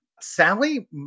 Sadly